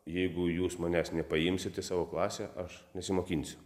jeigu jūs manęs nepaimsit į savo klasę aš nesimokinsiu